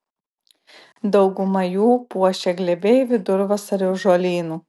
daugumą jų puošia glėbiai vidurvasario žolynų